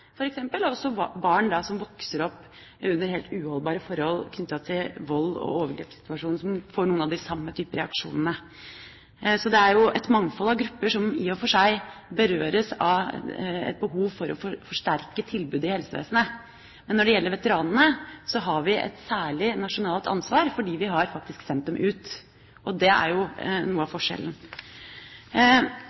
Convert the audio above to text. også barn som vokser opp under helt uholdbare forhold knyttet til vold og overgrepssituasjoner, og som får noen av de samme typer reaksjoner. Det er jo et mangfold av grupper som i og for seg berøres av behovet for å forsterke tilbudet i helsevesenet, men når det gjelder veteranene, har vi et særlig nasjonalt ansvar, fordi vi har faktisk sendt dem ut. Det er jo noe av